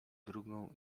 drugą